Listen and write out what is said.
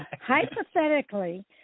Hypothetically